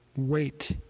Wait